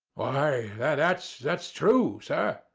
why, that's that's true, sir,